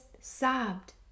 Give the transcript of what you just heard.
sobbed